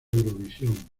eurovisión